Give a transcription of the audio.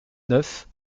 neuf